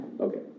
Okay